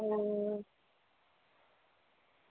ઓ